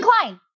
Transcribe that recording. Klein